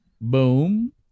Boom